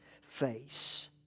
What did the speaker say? face